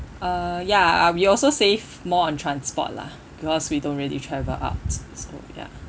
uh ya I we also save more on transport lah because we don't really travel out so ya